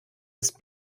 ist